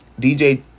DJ